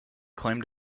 claimed